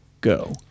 go